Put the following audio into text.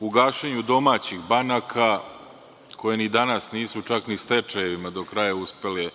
u gašenju domaćih banaka, koje ni danas nisu čak ni stečajevima do kraja uspele